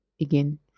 again